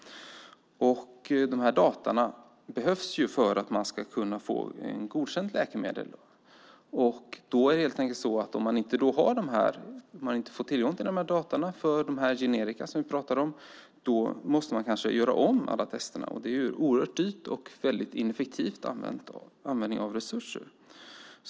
Dessa data behövs ju för att man ska kunna få ett godkänt läkemedel. Om man inte får tillgång till dessa data för de generika som vi pratar om måste man kanske göra om alla testerna. Det är oerhört dyrt och en väldigt ineffektiv användning av resurser.